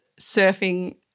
surfing